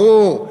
ברור,